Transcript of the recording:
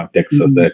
Texas